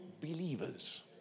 believers